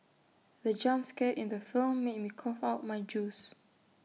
the jump scare in the film made me cough out my juice